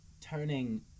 turning